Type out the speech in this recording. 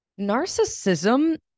Narcissism